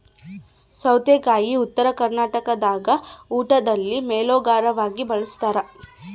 ಸೌತೆಕಾಯಿ ಉತ್ತರ ಕರ್ನಾಟಕದಾಗ ಊಟದಲ್ಲಿ ಮೇಲೋಗರವಾಗಿ ಬಳಸ್ತಾರ